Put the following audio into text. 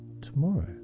tomorrow